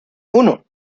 uno